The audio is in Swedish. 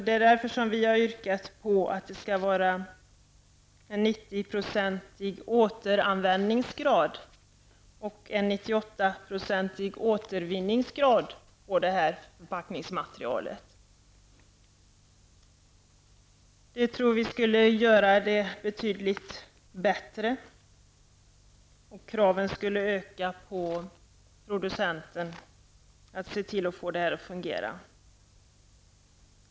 Det är därför vi i miljöpartiet har yrkat på att det skall vara en 90-procentig återanvändningsgrad och en 98 procentig återvinningsgrad på det här förpackningsmaterialet. Jag tror att det hela skulle bli betydligt bättre, och kraven skulle öka på producenten att se till att få detta att fungera.